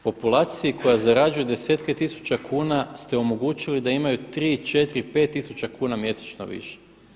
Populaciji koja zarađuje desetke tisuća kuna ste omogućili da imaju 3, 4, 5 tisuća kuna mjesečno više.